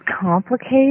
complicated